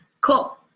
Cool